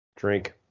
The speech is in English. drink